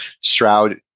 Stroud